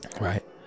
Right